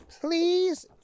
please